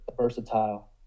versatile